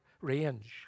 range